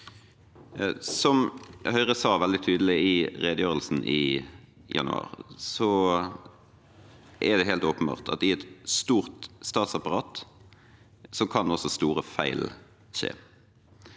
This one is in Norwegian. Som Høyre sa veldig tydelig i forbindelse med redegjørelsen i januar, er det helt åpenbart at i et stort statsapparat kan også store feil skje.